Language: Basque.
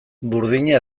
burdina